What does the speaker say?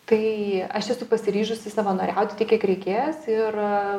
tai aš esu pasiryžusi savanoriauti tiek kiek reikės ir